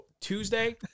Tuesday